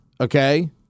okay